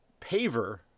paver